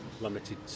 limited